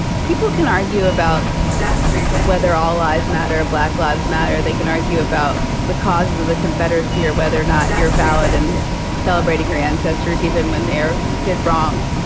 people can argue about whether all lives matter, black lives matter. they can argue about the causes of the confederacy or whether or not you're valid in celebrating your ancestors even when they did wrong.